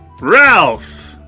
Ralph